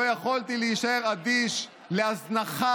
לא יכולתי להישאר אדיש להזנחה